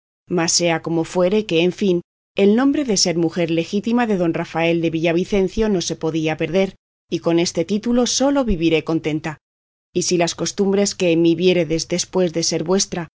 mas sea como fuere que en fin el nombre de ser mujer legítima de don rafael de villavicencio no se podía perder y con este título solo viviré contenta y si las costumbres que en mí viéredes después de ser vuestra